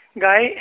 guy